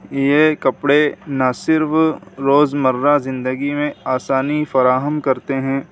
یہ کپڑے نہ صرف روز مرہ زندگی میں آسانی فراہم کرتے ہیں